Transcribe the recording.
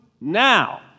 now